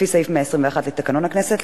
לפי סעיף 121 לתקנון הכנסת,